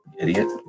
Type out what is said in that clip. Idiot